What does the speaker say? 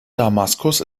damaskus